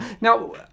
Now